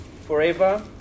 forever